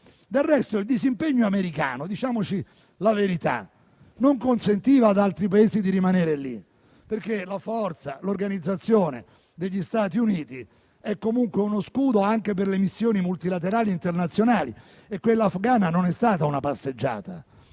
Del resto, il disimpegno americano - diciamoci la verità - non consentiva ad altri Paesi di rimanere lì, perché la forza e l'organizzazione degli Stati Uniti è comunque uno scudo anche per le missioni multilaterali e internazionali e quella afghana non è stata una passeggiata.